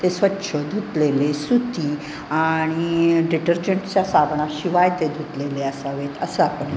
ते स्वच्छ धुतलेले सुती आणि डिटर्जंटच्या साबणाशिवाय ते धुतलेले असावेत असं आपण